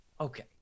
Okay